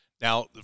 Now